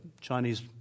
Chinese